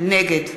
נגד